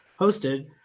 hosted